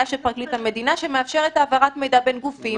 של פרקליט המדינה שמאפשרת העברת מידע בין גופים.